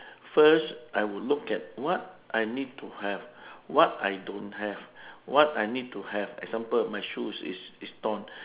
first I would look at what I need to have what I don't have what I need to have example my shoes is is torn